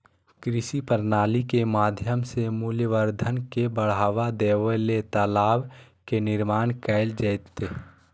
कृषि प्रणाली के माध्यम से मूल्यवर्धन के बढ़ावा देबे ले तालाब के निर्माण कैल जैतय